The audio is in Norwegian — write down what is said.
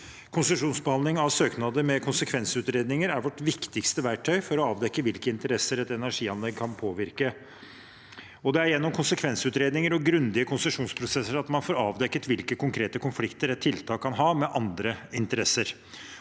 Konsesjonsbehandling av søknader med konsekvensutredninger er vårt viktigste verktøy for å avdekke hvilke interesser et energianlegg kan påvirke. Det er gjennom konsekvensutredninger og grundige konsesjonsprosesser at man får avdekket hvilke konkrete konflikter et tiltak kan ha med andre interesser,